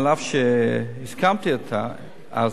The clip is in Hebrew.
אף שהסכמתי אתה אז,